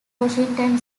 washington